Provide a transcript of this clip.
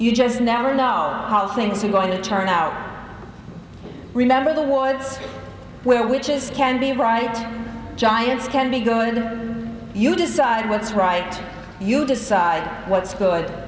you just never know how things are going to turn out remember the wards where witches can be right giants can be good you decide what's right you decide what's good